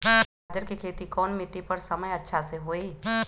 गाजर के खेती कौन मिट्टी पर समय अच्छा से होई?